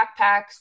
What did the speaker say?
backpacks